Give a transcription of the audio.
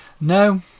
No